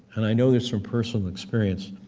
and i know this from personal experience,